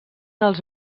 els